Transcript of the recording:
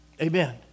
Amen